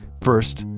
first,